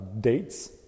dates